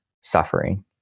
suffering